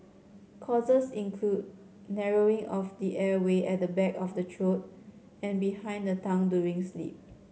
causes include narrowing of the airway at the back of the throat and behind the tongue during sleep